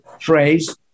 phrase